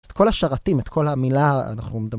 את כל השרתים, את כל המילה אנחנו מדב...